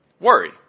Worry